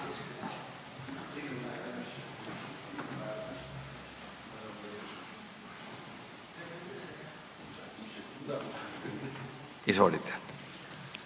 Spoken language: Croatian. Izvolite.